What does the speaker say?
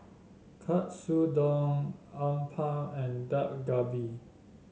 Katsudon Uthapam and Dak Galbi